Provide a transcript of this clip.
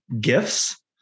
gifts